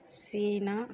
China